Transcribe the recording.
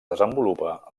desenvolupa